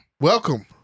Welcome